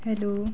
hello